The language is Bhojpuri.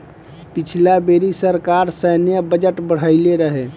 पिछला बेरी सरकार सैन्य बजट बढ़इले रहे